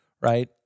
right